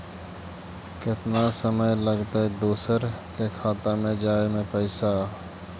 केतना समय लगतैय दुसर के खाता में जाय में पैसा?